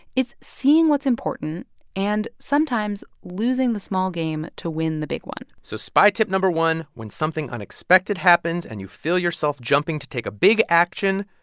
it's seeing what's important and sometimes losing the small game to win the big one so spy tip no. one when something unexpected happens and you feel yourself jumping to take a big action,